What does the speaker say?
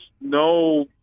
no